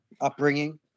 upbringing